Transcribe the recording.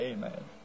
Amen